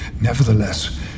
Nevertheless